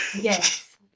Yes